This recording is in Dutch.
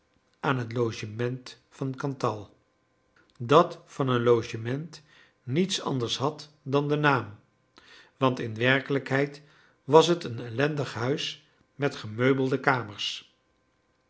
aan het logement van cantal dat van een logement niets anders had dan den naam want in werkelijkheid was het een ellendig huis met gemeubelde kamers